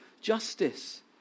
justice